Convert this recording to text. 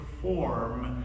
perform